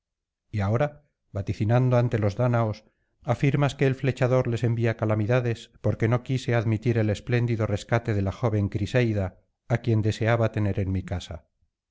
y ahora vaticinando ante los dáñaos afirmas que el flechador les envía calamidades porque no quise admitir el espléndido rescate de la joven criseida á quien deseaba tener en mi casa